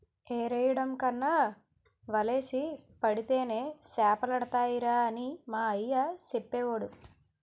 ఎరెయ్యడం కన్నా వలేసి పడితేనే సేపలడతాయిరా అని మా అయ్య సెప్పేవోడు